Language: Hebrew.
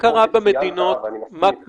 שכמו שציינת ואני מסכים איתך,